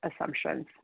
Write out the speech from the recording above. assumptions